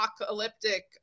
apocalyptic